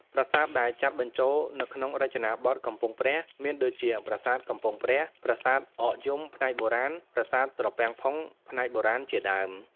ប្រាសាទដែលចាត់បញ្ចូលនៅក្នុងរចនាប័ទ្មកំពង់ព្រះ មានដូចជាប្រាសាទកំពង់ព្រះ ប្រាសាទអកយំ ផ្នែកបុរាណ ប្រាសាទត្រពាំងផុង ផ្នែកបុរាណ ជាដើម។